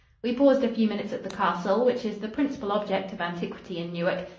we paused a few minutes at the castle, which is the principal object of antiquity in newark.